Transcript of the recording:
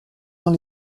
dans